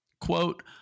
quote